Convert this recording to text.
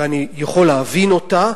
ואני יכול להבין אותה,